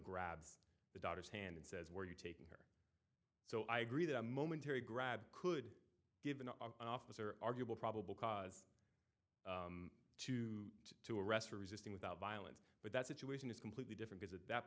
grabs the daughter's hand and says where are you taking her so i agree that a momentary grab could give an officer arguable probable cause two to arrest for resisting without violence but that situation is completely different as at that